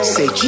Say